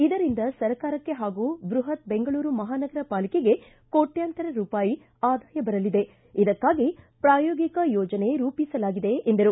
ಇದರಿಂದ ಸರ್ಕಾರಕ್ಕೆ ಹಾಗೂ ಬೃಹತ್ ಬೆಂಗಳೂರು ಮಹಾನಗರ ಪಾಲಿಕೆಗೆ ಕೋಟ್ಯಂತರ ರೂಪಾಯಿ ಆದಾಯ ಬರಲಿದೆ ಇದಕ್ಕಾಗಿ ಪ್ರಾಯೋಗಿಕ ಯೋಜನೆ ರೂಪಿಸಲಾಗಿದೆ ಎಂದರು